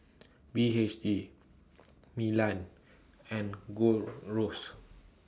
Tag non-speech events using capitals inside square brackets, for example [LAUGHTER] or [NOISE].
B H G [NOISE] Milan and Gold [NOISE] Roast